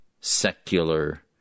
secular